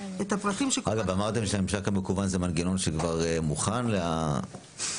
את הפרטים שקופת החולים נדרשת לבדוק לפי סעיף 78כז(א),